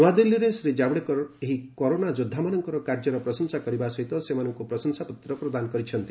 ନୂଆଦିଲ୍ଲୀରେ ଏ ନେଇ ଶ୍ରୀ ଜାବଡେକର ଏହି କରୋନା ଯୋଦ୍ଧାମାନଙ୍କର କାର୍ଯ୍ୟର ପ୍ରଶଂସା କରିବା ସହିତ ସେମାନଙ୍କୁ ପ୍ରଶଂସାପତ୍ର ପ୍ରଦାନ କରିଛନ୍ତି